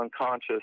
unconscious